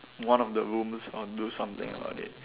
one of the rooms or do something about it